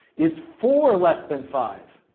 is four less than five?